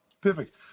perfect